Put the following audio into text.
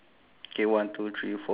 ya